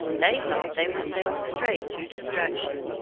they thought they were sailing straight to destruction,